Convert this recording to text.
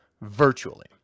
virtually